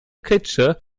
klitsche